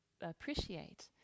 appreciate